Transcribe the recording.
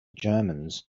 germans